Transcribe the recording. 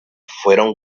fueron